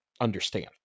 understand